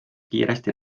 kiiresti